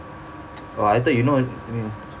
oh I thought you know uh